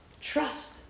Trust